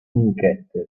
snicket